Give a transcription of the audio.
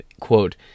quote